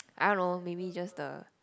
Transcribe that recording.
I don't know maybe just the